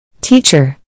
Teacher